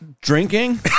Drinking